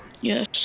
Yes